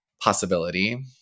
possibility